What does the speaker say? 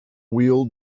wheel